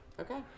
okay